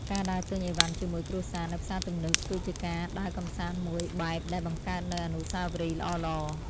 ការដើរទិញអីវ៉ាន់ជាមួយគ្រួសារនៅផ្សារទំនើបគឺជាការដើរកម្សាន្តមួយបែបដែលបង្កើតនូវអនុស្សាវរីយ៍ល្អៗ។